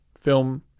film